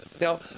now